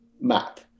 map